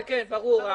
כן, כן, ברור.